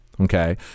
Okay